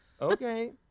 Okay